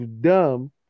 dumb